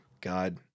God